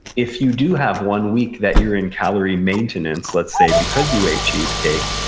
if you do have one week that you're in calorie maintenance, let's say, because you ate cheesecake,